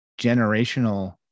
generational